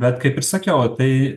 bet kaip sakiau o tai